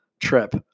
trip